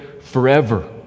forever